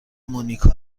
مونیکا